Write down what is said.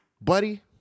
buddy